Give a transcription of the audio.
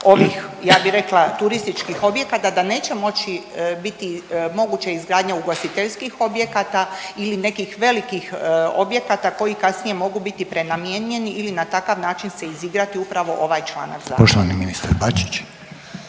ovih ja bih rekla turističkih objekata da neće moći biti moguće izgradnja ugostiteljskih objekata ili nekih velikih objekata koji kasnije mogu biti prenamijenjeni ili na takav način se izigrati upravo ovaj članak zakona. **Reiner,